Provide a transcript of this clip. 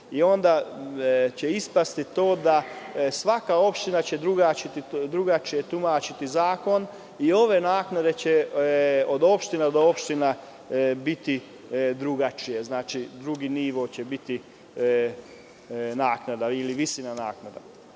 Onda će ispasti to da će svaka opština drugačije tumačiti zakon i ove naknade će od opštine do opštine biti drugačije. Drugi nivo će biti naknada, ili visina naknada. Što